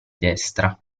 destra